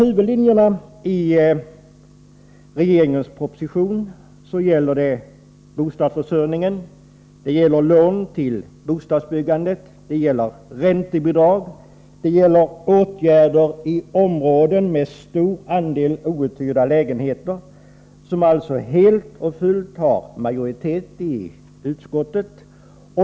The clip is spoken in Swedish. Huvudlinjerna i regeringens proposition gäller bostadsförsörjningen. Det gäller lån till bostadsbyggandet. Det gäller räntebidrag. Det gäller åtgärder i områden med stor andel outhyrda lägenheter, förslag som alltså helt och fullt har majoritet i utskottet.